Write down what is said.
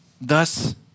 Thus